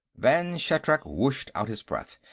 vann shatrak whooshed out his breath.